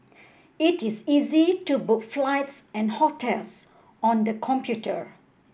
it is easy to book flights and hotels on the computer